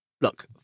look